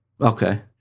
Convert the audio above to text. okay